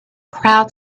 crowd